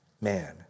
man